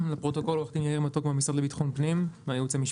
הייעוץ המשפטי, המשרד לביטחון פנים.